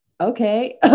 okay